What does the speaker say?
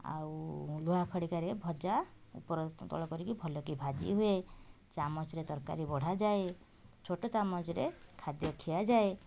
ଆଉ ଲୁହା ଖାଡ଼ିକାରେ ଭଜା ଉପର ତଳ କରିକି ଭଲ କି ଭାଜି ହୁଏ ଚାମଚରେ ତରକାରୀ ବଢ଼ାଯାଏ ଛୋଟ ଚାମଚରେ ଖାଦ୍ୟ ଖିଆଯାଏ